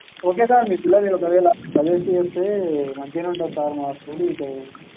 okay sir మీ పిల్లల్ని ఒకవేళ ప్రెషర్ ఎక్కువ చేస్తే మంచిగానే ఉంటారు సార్ మా స్కూల్ ఇటు